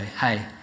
hey